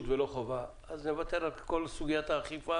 ולא חובה, אז נוותר על כל סוגיית האכיפה